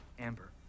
Amber